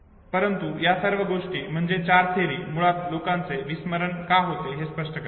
परंतु या सर्व गोष्टी म्हणजे चार थिअरी मुळात लोकांचे विस्मरण का होते हे स्पष्ट करतात